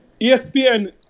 ESPN